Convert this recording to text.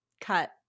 cut